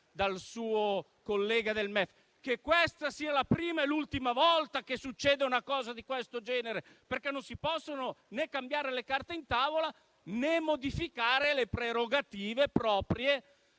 dal suo collega del MEF), che questa è la prima e l'ultima volta che succede una cosa di questo genere, perché non si possono né cambiare le carte in tavola né modificare le prerogative proprie